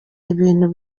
ibintu